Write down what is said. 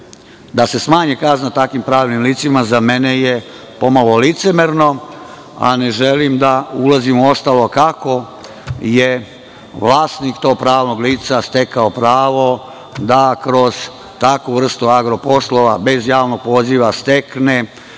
desila krajem marta i krajem maja, za mene je po malo licemerno, a ne želim da ulazim u ostalo, kako je vlasnik to pravnog lica stekao pravo da kroz takvu vrstu agro poslova, bez javnog poziva, stekne